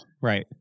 Right